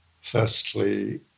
firstly